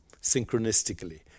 synchronistically